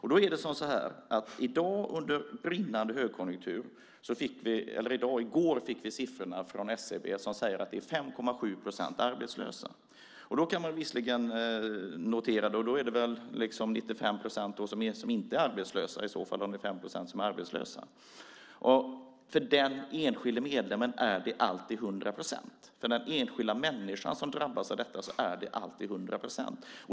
I går fick vi under brinnande högkonjunktur siffrorna från SCB som säger att det är 5,7 procent arbetslösa. Man kan i så fall notera att det är ungefär 95 procent som inte är arbetslösa om det är 5 procent som är det. Men för den enskilde medlemmen är det alltid hundra procent. För den enskilda människa som drabbas av detta är det alltid hundra procent.